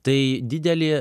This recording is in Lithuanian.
tai didelį